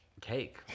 Cake